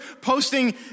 posting